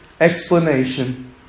explanation